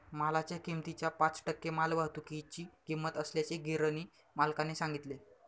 मालाच्या किमतीच्या पाच टक्के मालवाहतुकीची किंमत असल्याचे गिरणी मालकाने सांगितले